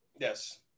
Yes